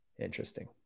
interesting